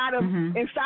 inside